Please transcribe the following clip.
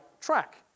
track